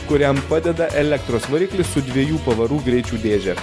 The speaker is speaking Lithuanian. kuriam padeda elektros variklis su dviejų pavarų greičių dėže